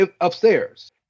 upstairs